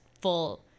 full